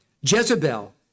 Jezebel